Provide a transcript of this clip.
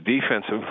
Defensive